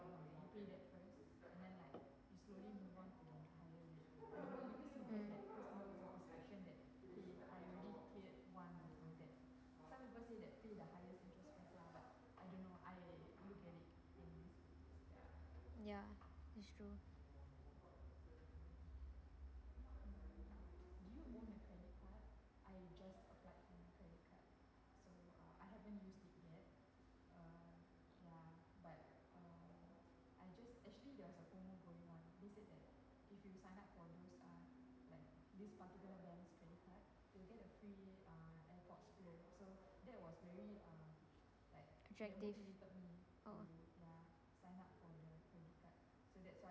mm ya it's true attractive oh